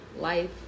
life